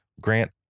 Grant